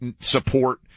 support